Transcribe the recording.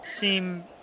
seem